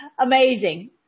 Amazing